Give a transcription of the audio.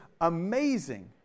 amazing